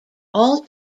all